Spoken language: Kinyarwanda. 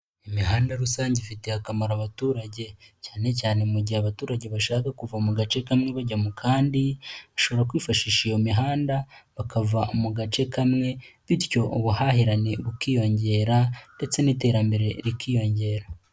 Imihanda rusange ifitiye akamaro abaturage cyane cyane mu gihe abaturage bashaka kuva mu gace kamwe bajya mu kandi bashobora kwifashisha iyo mihanda bakava mu gace kamwe bityo ubuhahirane bukiyongera ndetse n'iterambere rikiyongera.